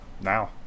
Now